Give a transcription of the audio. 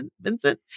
Vincent